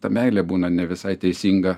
ta meilė būna ne visai teisinga